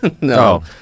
No